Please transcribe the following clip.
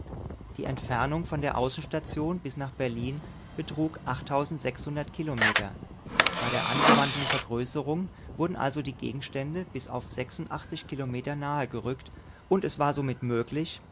die entfernung von der außenstation bis nach berlin betrug kilometer bei der angewandten vergrößerung wurden also die gegenstände bis auf kilometer nahe gerückt und es war somit möglich